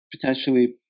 potentially